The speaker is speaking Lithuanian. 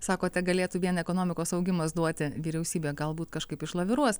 sakote galėtų vien ekonomikos augimas duoti vyriausybė galbūt kažkaip išlaviruos